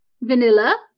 Vanilla